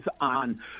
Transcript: on